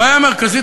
הבעיה המרכזית,